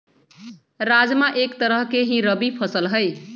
राजमा एक तरह के ही रबी फसल हई